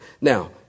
Now